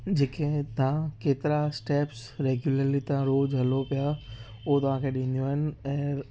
जेके तव्हां केतिरा स्टेप्स रेग्यूलर्ली तव्हां रोज़ु हलो पिया उहो तव्हांखे ॾीदियूं आहिनि ऐं